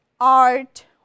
art